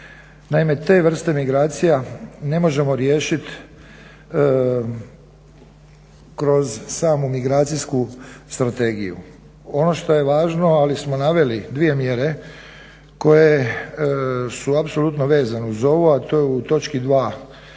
Naime te vrste migracija ne možemo riješiti kroz samu migracijsku strategiju. Ono što je važno ali smo naveli dvije mjere koje su apsolutno vezane uz ovo, a to je u točki 2.točka